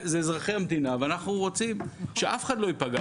אלה אזרחי המדינה ואנחנו רוצים שאף אחד לא ייפגע,